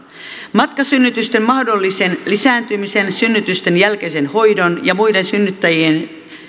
matkasynnytysten mahdollisen lisääntymisen synnytysten jälkeisen hoidon ja muiden synnyttäjien